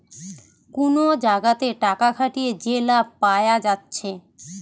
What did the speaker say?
কুনো জাগাতে টাকা খাটিয়ে যে লাভ পায়া যাচ্ছে